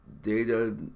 Data